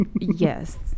Yes